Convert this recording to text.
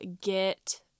get